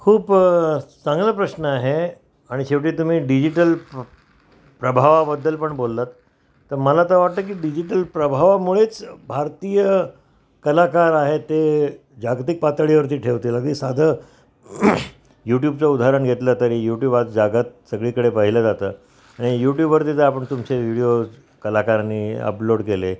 खूप चांगला प्रश्न आहे आणि शेवटी तुम्ही डिजिटल प्रभावाबद्दल पण बोलतात तर मला तं वाटतं की डिजिटल प्रभावामुळेच भारतीय कलाकार आहेत ते जागतिक पातळीवरती ठेवतील अगदी साध यूट्यूबचं उदाहरण घेतलं तरी यूट्यूबात जागात सगळीकडे पहिलं जातं आणि यूट्यूबवरती जर आपण तुमचे व्हिडिओ कलाकारांनी अपलोड केले